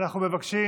אנחנו מבקשים